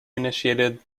initiated